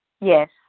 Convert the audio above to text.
Yes